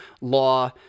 law